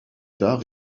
tard